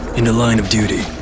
in the line of duty,